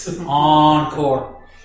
Encore